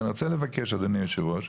אני רוצה לבקש אדוני יושב הראש,